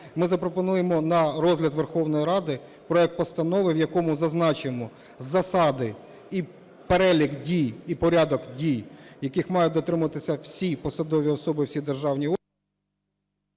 ми запропонуємо на розгляд Верховної Ради проект постанови, в якому зазначимо засади і перелік дій, і порядок дій, яких мають дотримуватися всі посадові особи, всі державні…